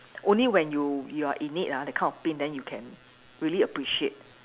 only when you you are in it ah the kind of pain then you can really appreciate